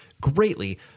greatly